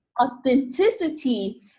Authenticity